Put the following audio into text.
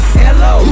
hello